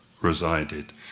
resided